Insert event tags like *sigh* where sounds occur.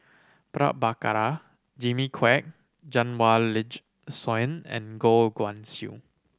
Prabhakara Jimmy Quek *unintelligible* Soin and Goh Guan Siew